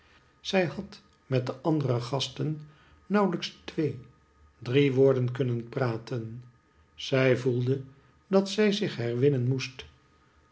zij had met de andere gasten nauwlijks twee drie woorden kunnen praten zij voelde dat zij zich herwinnen moest